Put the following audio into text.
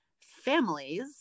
families